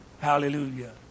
hallelujah